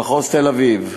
מחוז תל-אביב,